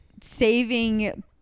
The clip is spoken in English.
saving